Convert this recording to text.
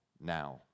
now